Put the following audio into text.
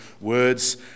words